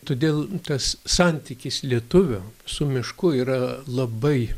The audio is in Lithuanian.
todėl tas santykis lietuvio su mišku yra labai